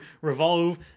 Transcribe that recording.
revolve